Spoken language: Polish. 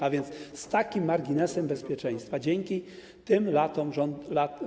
A więc z takim marginesem bezpieczeństwa, dzięki tym latom, rząd.